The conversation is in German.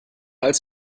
als